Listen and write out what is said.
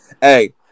hey